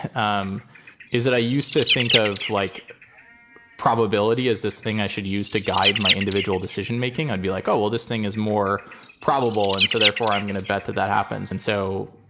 um is that i used to think of like probability is this thing i should use to guide my individual decision making. i'd be like, oh, well, this thing is more probable. and so therefore, i'm going to bet that that happens. and so,